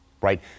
right